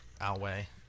outweigh